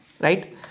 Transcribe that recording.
Right